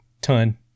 Ton